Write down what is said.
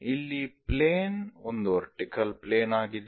ಇಲ್ಲಿ ಪ್ಲೇನ್ ಒಂದು vertical plane ಆಗಿದೆ